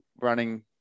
running